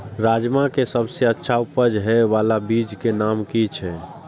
राजमा के सबसे अच्छा उपज हे वाला बीज के नाम की छे?